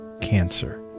cancer